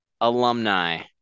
alumni